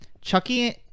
Chucky